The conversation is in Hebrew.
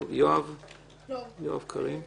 יואב קריים, בבקשה.